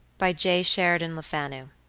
by j. sheridan lefanu